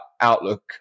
outlook